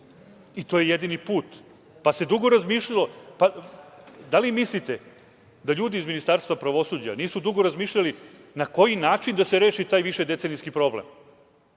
To je jedini put. Dugo se razmišljamo… Da li mislite da ljudi iz Ministarstva pravosuđa nisu dugo razmišljali na koji način da se reši taj višedecenijski problem?